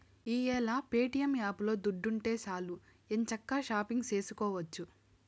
ఈ యేల ప్యేటియం యాపులో దుడ్డుంటే సాలు ఎంచక్కా షాపింగు సేసుకోవచ్చు